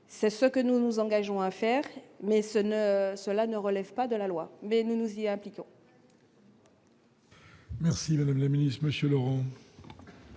c'est ce que nous nous engageons à faire, mais ce ne cela ne relève pas de la loi, mais nous nous y impliquer.